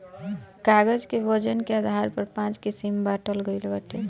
कागज कअ वजन के आधार पर पाँच किसिम बांटल गइल बाटे